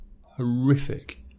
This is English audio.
horrific